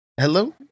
Hello